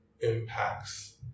impacts